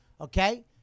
okay